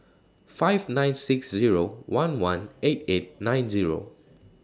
five nine six Zero one one eight eight nine Zero